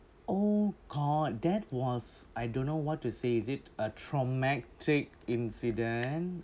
oh god that was I don't know what to say is it a traumatic incident